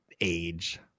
age